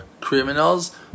criminals